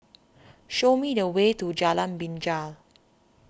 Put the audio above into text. show me the way to Jalan Binjai